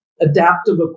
adaptive